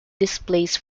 displays